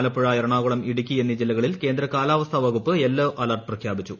ആലപ്പുഴ എറണാകുളം ഇടുക്കി എന്നീ ജില്ലകളിൽ കേന്ദ്ര കാലാവസ്ഥ വകുപ്പ് യെല്ലോ അലേർട്ട് പ്രഖ്യാപിച്ചു